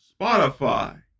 Spotify